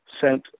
sent